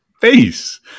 face